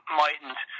mightn't